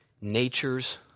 Nature's